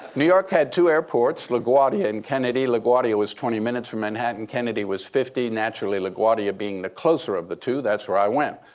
new york had two airports laguardia and kennedy. laguardia was twenty minutes from manhattan, kennedy was fifty. naturally, laguardia being the closer of the two, that's where i went.